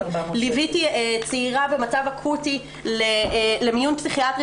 ליוויתי צעירה במצב אקוטי למיון פסיכיאטרי